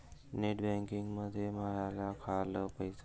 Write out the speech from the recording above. Net बँकिंगनं मले माह्या खाल्ल पैसा कितीक उरला थे पायता यीन काय?